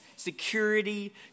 security